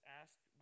asked